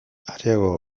areago